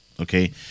okay